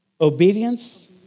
Obedience